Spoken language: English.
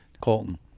Colton